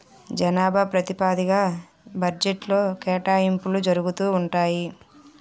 జనాభా ప్రాతిపదిగ్గా బడ్జెట్లో కేటాయింపులు జరుగుతూ ఉంటాయి